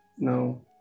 No